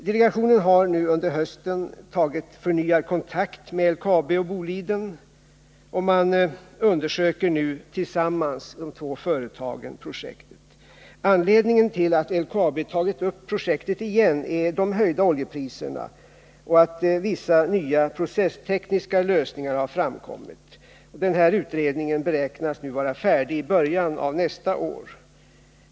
Delegationen har i höst tagit förnyad kontakt med LKAB och Boliden, och man undersöker nu tillsammans projektet. Anledningen till att LKAB tagit upp projektet igen är de höjda oljepriserna och nya processtekniska lösningar. Den här utredningen beräknas vara färdig i början av nästa år.